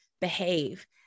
behave